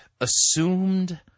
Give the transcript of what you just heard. assumed